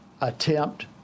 attempt